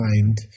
mind